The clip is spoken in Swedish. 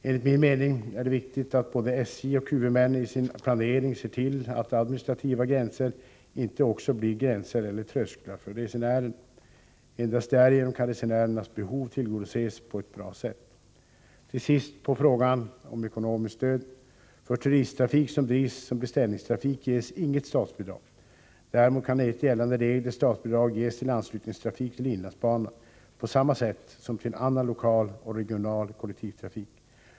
Enligt min mening är det viktigt att både SJ och huvudmännen i sin planering ser till att administrativa gränser inte också blir gränser eller trösklar för resenärerna. Endast därigenom kan resenärernas behov tillgodoses på ett bra sätt. Till sist som svar på frågan om ekonomiskt stöd. För turisttrafik som drivs som beställningstrafik ges inget statsbidrag. Däremot kan enligt gällande regler statsbidrag ges till anslutningstrafik till inlandsbanan på samma sätt som till annan lokal och regional kollektivtrafik.